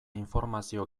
informazio